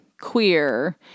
queer